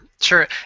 sure